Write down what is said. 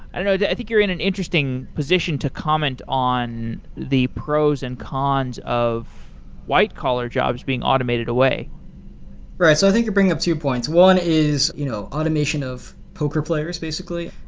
i think you're in an interesting position to comment on the pros and cons of white-collar jobs being automated away right. i so think you bring up two points. one is you know automation of poker players, basically,